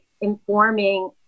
informing